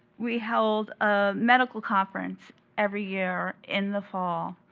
we hold a medical conference every year in the fall.